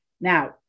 Now